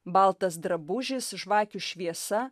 baltas drabužis žvakių šviesa